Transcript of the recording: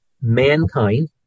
mankind